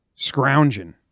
scrounging